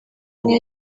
umwe